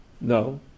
No